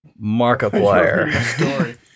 Markiplier